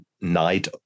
night